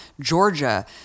Georgia